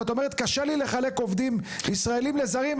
את אומרת קשה לי לחלק עובדים ישראלים לזרים,